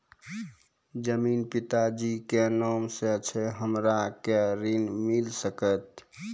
जमीन पिता जी के नाम से छै हमरा के ऋण मिल सकत?